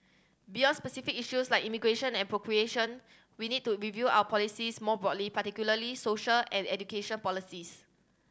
beyond specific issues like immigration and procreation we need to review our policies more broadly particularly social and education policies